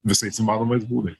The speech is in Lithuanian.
visais įmanomais būdai